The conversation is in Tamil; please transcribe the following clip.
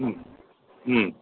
ம் ம்